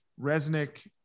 Resnick